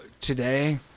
today